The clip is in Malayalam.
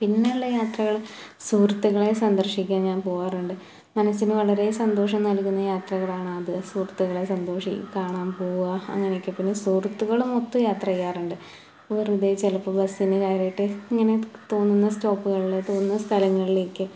പിന്നെ ഉള്ള യാത്രകൾ സുഹൃത്തുക്കളെ സന്ദർശിക്കാൻ ഞാൻ പോകാറുണ്ട് മനസ്സിന് വളരെ സന്തോഷം നൽകുന്ന യാത്രകൾ ആണ് അത് സുഹൃത്തുക്കളെ സന്തോഷി കാണാൻ പോവുക അങ്ങനെ ഒക്കെ പിന്നെ സുഹൃത്തുക്കൾ മൊത്തം യാത്ര ചെയ്യാറുണ്ട് വെറുതെ ചിലപ്പോൾ ബസ്സിന് കയറിയിട്ട് ഇങ്ങനെ തോന്നുന്ന സ്റ്റോപ്പുകൾ തോന്നുന്ന സ്ഥലങ്ങളിലേക്ക്